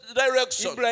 direction